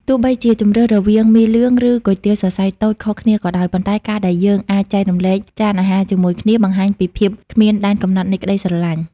ទោះបីជាជម្រើសរវាង មីលឿង ឬ គុយទាវសរសៃតូច ខុសគ្នាក៏ដោយ ប៉ុន្តែការដែលយើងអាចចែករំលែកចានអាហារជាមួយគ្នា បង្ហាញពីភាពគ្មានដែនកំណត់នៃក្តីស្រឡាញ់។